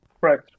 Right